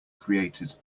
created